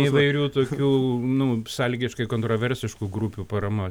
įvairių tokių nu sąlygiškai kontroversiškų grupių parama